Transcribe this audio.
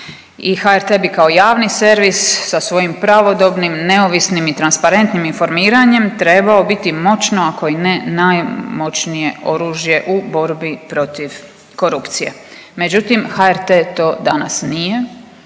HRT bi kao javni servis sa svojim pravodobnim, neovisnim i transparentnim informiranjem trebao biti moćno ako i ne najmoćnije oružje u borbi protiv korupcije. Međutim, HRT to danas nije